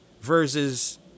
versus